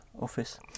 office